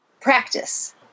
practice